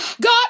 God